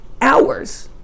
hours